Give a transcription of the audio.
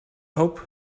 hope